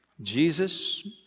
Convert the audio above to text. Jesus